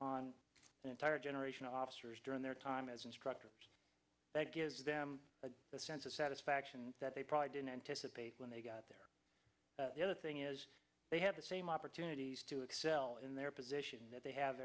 on an entire generation officers during their time as instructors that gives them a sense of satisfaction that they probably didn't anticipate when they got there the other thing is they have the same opportunities to excel in their position that they have